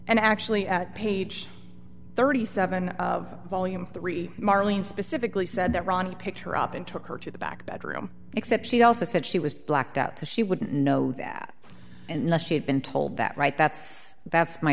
and actually at page thirty seven dollars of volume three marlene specifically said that ronnie picked her up and took her to the back bedroom except she also said she was blacked out to she wouldn't know that and must have been told that right that's that's my